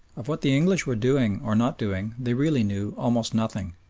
of what the english were doing or not doing they really knew almost nothing.